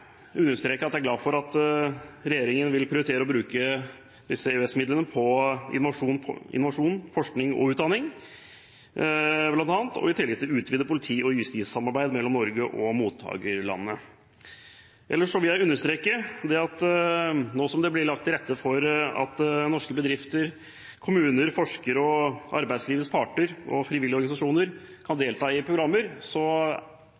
understreke at jeg er glad for at regjeringen vil prioritere å bruke disse EØS-midlene på innovasjon, forskning og utdanning, bl.a., og i tillegg utvide politi- og justissamarbeidet mellom Norge og mottakerlandene. Nå som det blir lagt til rette for at norske bedrifter, kommuner, forskere, arbeidslivets parter og frivillige organisasjoner kan